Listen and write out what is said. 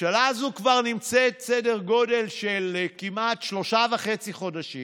הממשלה הזאת כבר נמצאת סדר גודל של כמעט 3.5 חודשים